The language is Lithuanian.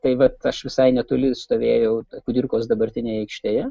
taip bet aš visai netoli stovėjau kudirkos dabartinėje aikštėje